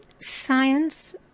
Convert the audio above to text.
Science